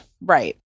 Right